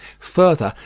further,